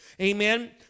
Amen